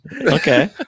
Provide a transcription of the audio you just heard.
Okay